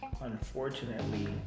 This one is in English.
unfortunately